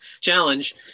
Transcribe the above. challenge